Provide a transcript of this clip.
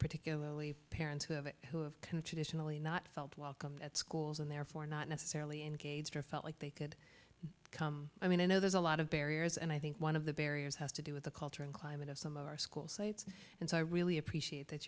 particularly parents who have it who have consideration really not felt welcome at schools and therefore not necessarily engaged or felt like they could come i mean i know there's a lot of barriers and i think one of the barriers has to do with the culture and climate of some of our school sites and so i really appreciate that